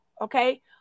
Okay